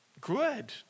Good